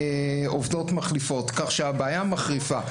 בעובדות מחליפות, כך שהבעיה מחריפה.